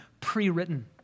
pre-written